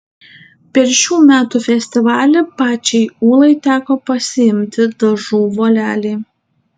per šių metų festivalį pačiai ūlai teko pasiimti dažų volelį